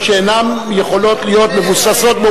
ואני לא מסכים, אני קורא אותך לסדר פעם שנייה.